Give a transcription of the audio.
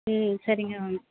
ம் சரிங்க மேம்